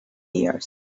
ears